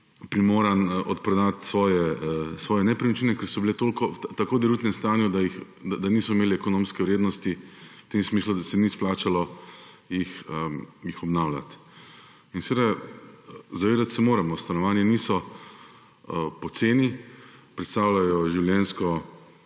primoran odprodati svoje nepremičnine, ker so bile v tako dotrajanem stanju, da niso imele ekonomske vrednosti v tem smislu, ni se jih splačalo obnavljati. Zavedati se moramo, da stanovanja niso poceni, predstavljajo življenjsko